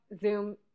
Zoom